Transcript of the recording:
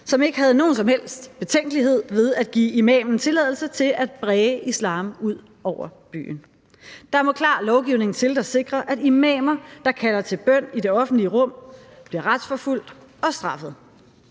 som ikke havde nogen som helst betænkeligheder ved at give imamen tilladelse til at bræge islam ud over byen. Der må klar lovgivning til, der sikrer, at imamer, der kalder til bøn i det offentlige rum, bliver retsforfulgt og straffet.